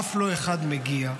אף לא אחד מגיע,